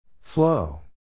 Flow